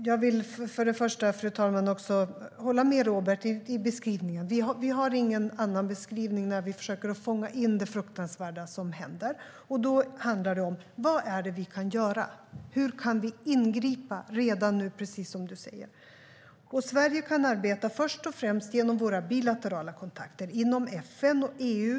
Fru talman! Jag vill till att börja med hålla med Robert om beskrivningen. Vi har ingen annan beskrivning när vi försöker fånga in det fruktansvärda som händer. Då handlar det om: Vad är det vi kan göra? Hur kan vi ingripa redan nu, precis som du säger? Sverige kan arbeta först och främst genom våra bilaterala kontakter inom FN och EU.